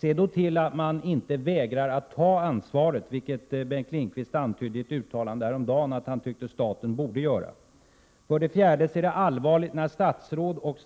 det tillses att man inte vägrar att ta detta ansvar, något som Bengt Lindqvist i ett uttalande häromdagen antydde att han tyckte att staten borde göra. För det fjärde är det allvarligt när statsråd, inkl.